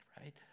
right